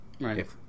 Right